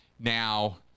now